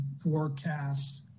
forecast